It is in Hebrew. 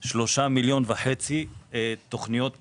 ישנן כ-3.5 מיליון תכניות פעילות.